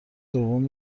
دوم